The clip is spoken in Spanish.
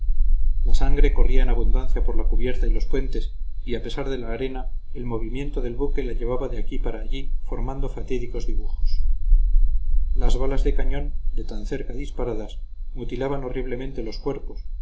la sangre corría en abundancia por la cubierta y los puentes y a pesar de la arena el movimiento del buque la llevaba de aquí para allí formando fatídicos dibujos las balas de cañón de tan cerca disparadas mutilaban horriblemente los cuerpos